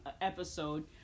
episode